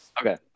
Okay